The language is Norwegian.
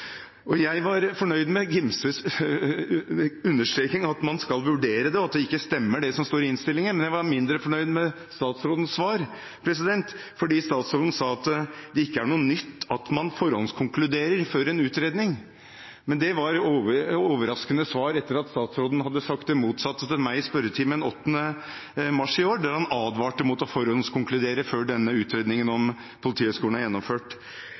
Oslo. Jeg var fornøyd med Gimses understrekning av at man skal vurdere det, og at det ikke stemmer, det som står i innstillingen. Jeg var mindre fornøyd med statsrådens svar, for statsråden sa at det ikke er noe nytt at man forhåndskonkluderer før en utredning. Det var et overraskende svar etter at statsråden hadde sagt det motsatte til meg i spørretimen den 8. mars i år, der han advarte mot å forhåndskonkludere før denne utredningen om Politihøgskolen er gjennomført.